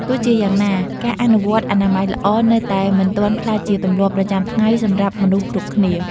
ទោះជាយ៉ាងណា ការអនុវត្តអនាម័យល្អនៅតែមិនទាន់ក្លាយជាទម្លាប់ប្រចាំថ្ងៃសម្រាប់មនុស្សគ្រប់គ្នា។